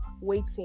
waiting